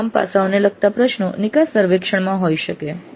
આ તમામ પાસાઓને લગતા પ્રશ્નો નિકાસ સર્વેક્ષણમાં હોઈ શકે છે